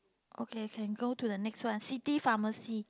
okay can go to the next one city pharmacy